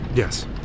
Yes